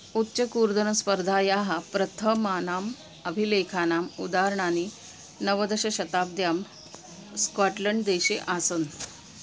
उच्चकूर्दनस्पर्धायाः प्रथमानाम् अभिलेखानाम् उदाहरणानि नवदशशताब्द्यां स्काट्लेण्ड् देशे आसन्